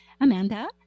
amanda